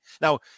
Now